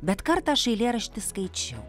bet kartą aš eilėraštį skaičiau